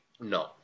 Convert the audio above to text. No